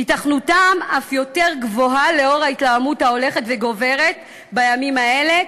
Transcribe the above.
היתכנותם אף יותר גבוהה לנוכח ההתלהמות ההולכת וגוברת בימים האלה,